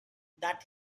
that